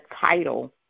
title